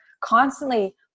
constantly